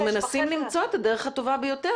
אז אנחנו מנסים למצוא את הדרך הטובה ביותר,